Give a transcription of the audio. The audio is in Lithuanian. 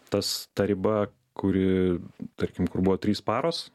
tas ta riba kuri tarkim kur buvo trys paros